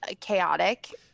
chaotic